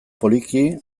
poliki